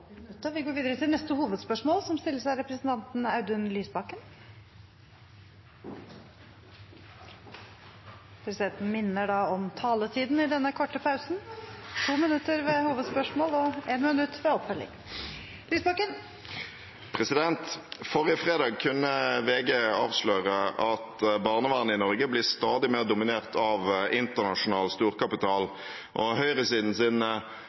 Vi går videre til neste hovedspørsmål. Forrige fredag kunne VG avsløre at barnevernet i Norge blir stadig mer dominert av internasjonal storkapital. Høyresidens romantiske historiefortelling om at kommersielle aktører i velferden først og fremst er norske smågründere og